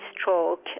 stroke